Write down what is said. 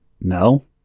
no